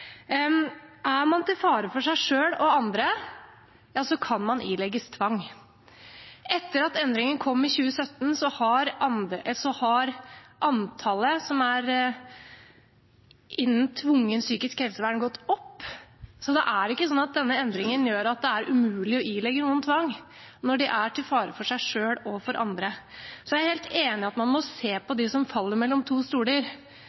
Er man til fare for seg selv og andre, kan man ilegges tvang. Etter at endringen kom i 2017, har antallet som er innen tvungent psykisk helsevern, gått opp. Så det er ikke sånn at denne endringen gjør at det er umulig å ilegge noen tvang når de er til fare for seg selv og for andre. Så er jeg helt enig i at man må se på dem som faller mellom to stoler